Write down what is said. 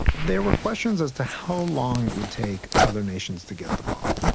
there were questions as to how long it would take other nations to get the bomb.